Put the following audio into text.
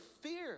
fear